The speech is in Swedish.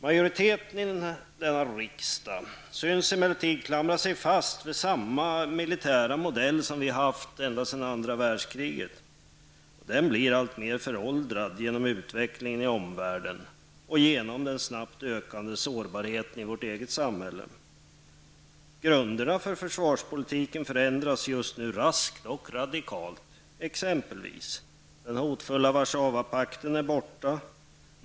Majoriteten i denna riksdag synes emellertid klamra sig fast vid en militär modell som gäller ända sedan andra världskriget. Den blir alltmer föråldra till följd av utvecklingen i omvärlden och den snabbt ökande sårbarheten i vårt samhälle. Grunden för försvarspolitiken förändras just nu raskt och radikalt: Den hotfulla Warszawapakten är borta.